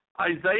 Isaiah